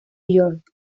york